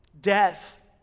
death